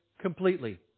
completely